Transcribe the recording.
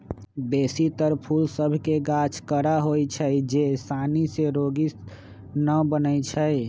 बेशी तर फूल सभ के गाछ कड़ा होइ छै जे सानी से रोगी न बनै छइ